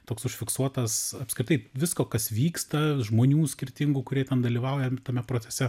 toks užfiksuotas apskritai visko kas vyksta žmonių skirtingų kurie ten dalyvauja tame procese